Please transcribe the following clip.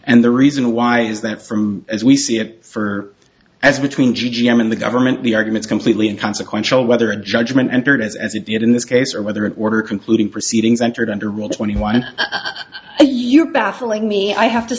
and the reason why is that from as we see it for as between g m and the government the arguments completely inconsequential whether a judgment entered as it did in this case or whether it were concluding proceedings entered under rule twenty one you baffling me i have to